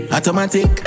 Automatic